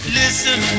listen